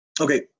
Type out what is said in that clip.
Okay